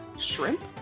shrimp